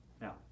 Now